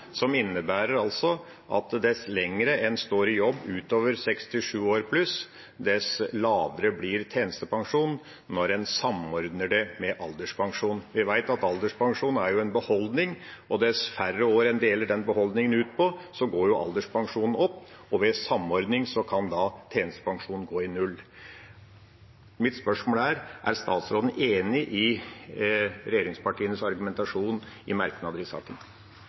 som innebærer at dess lenger en står i jobb utover 67 år pluss, dess lavere blir tjenestepensjonen når en samordner det med alderspensjonen. Vi vet at alderspensjonen er en beholdning, og når en deler den beholdningen ut på færre år, går alderspensjonen opp, og ved samordning kan da tjenestepensjonen gå i null. Mitt spørsmål er: Er statsråden enig i regjeringspartienes argumentasjon i merknadene i saken?